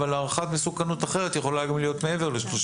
אבל הערכת מסוכנות אחרת יכולה גם להיות מעבר ל-35.